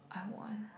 I want